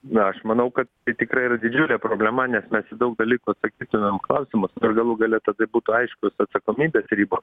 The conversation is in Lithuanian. na aš manau kad tai tikrai yra didžiulė problema nes mes į daug dalykų atsakytumėm į klausimus ir galų gale tada būtų aiškios atsakomybės ribos